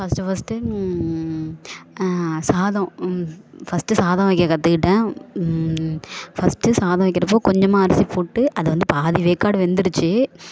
first first சாதம் first சாதம் வைக்க கற்றுக்கிட்டேன் ஃபர்ஸ்ட்டு சாதம் வைக்கிறப்போ கொஞ்சமாக அரிசி போட்டு அதை வந்து பாதி வேக்காடு வெந்துடுச்சு